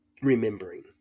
remembering